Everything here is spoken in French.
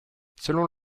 selon